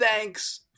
Thanks